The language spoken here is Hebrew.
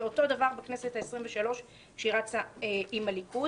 ואותו דבר בכנסת העשרים-ושלוש כשהיא רצה עם הליכוד.